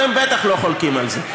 אתם בוודאי לא חולקים על זה.